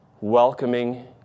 welcoming